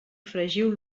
fregiu